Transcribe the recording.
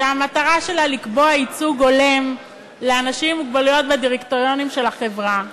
שהמטרה שלה לקבוע ייצוג הולם לאנשים עם מוגבלות בדירקטוריונים של החברה,